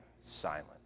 silent